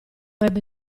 ebbe